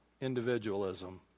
individualism